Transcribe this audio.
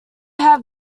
have